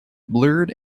blurred